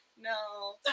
No